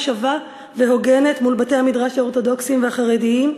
שווה והוגנת מול בתי-המדרש האורתודוקסיים והחרדיים,